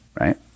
Right